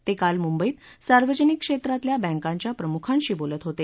ते काल मुंबईत सार्वजनिक क्षेत्रातल्या बँकांच्या प्रमुखांशी बोलत होते